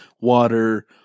water